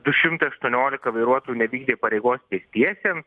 du šimtai aštuoniolika vairuotojų nevykdė pareigos pėstiesiems